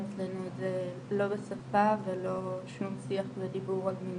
מצליחה לדבר, גם כששאלו משהו, לא הצלחתי לשחרר קול